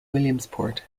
williamsport